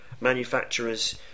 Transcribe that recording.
manufacturers